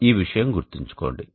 ఈ విషయం గుర్తుంచుకోండి